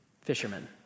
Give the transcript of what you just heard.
fishermen